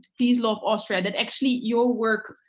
please love austria that actually your work,